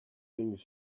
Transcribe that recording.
things